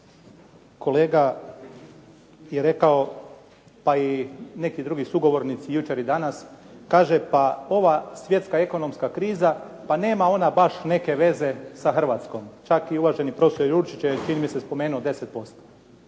Kolega je rekao pa i neki drugi sugovornici jučer i danas, kaže pa ova svjetska ekonomska kriza, pa nema ona baš neke veze sa Hrvatskom. Čak i uvaženi prof. Jurčić je čini mi se spomenuo 10%.